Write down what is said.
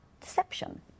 deception